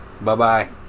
Bye-bye